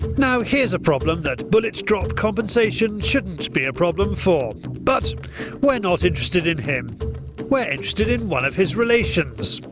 now here is a problem that bullet drop compensation should be a problem for but we are not interested in him we are interested in one of his relations.